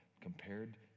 compared